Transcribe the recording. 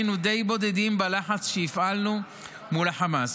היינו די בודדים בלחץ שהפעלנו מול החמאס.